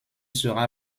sera